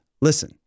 Listen